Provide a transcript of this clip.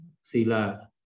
sila